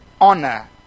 honor